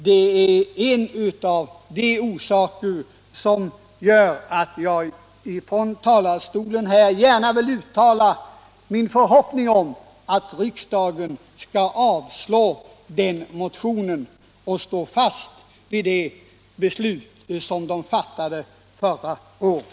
Det är en av orsakerna till att jag från denna talarstol vill uttala min förhoppning om att riksdagen skall avslå den motion det gäller och stå fast vid det beslut som vi fattade förra året.